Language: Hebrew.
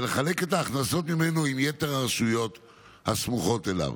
ולחלק את ההכנסות ממנו עם יתר הרשויות הסמוכות אליו.